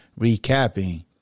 recapping